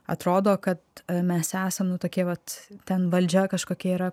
atrodo kad mes esam nu tokie vat ten valdžia kažkokia yra